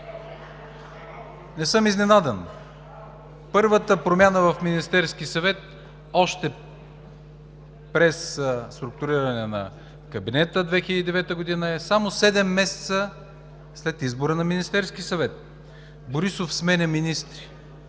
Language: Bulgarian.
Не съм изненадан. Първата промяна в Министерския съвет, още при структуриране на кабинета 2009 г., е само седем месеца след избора на Министерски съвет. Борисов сменя министри